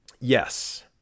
yes